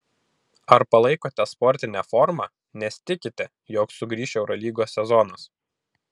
ar palaikote sportinę formą nes tikite jog sugrįš eurolygos sezonas